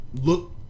look